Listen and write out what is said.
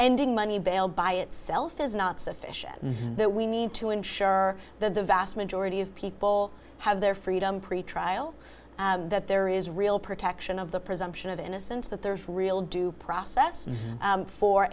ending money bail by itself is not sufficient that we need to ensure that the vast majority of people have their freedom pretrial that there is real protection of the presumption of innocence that there's real due process